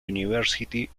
university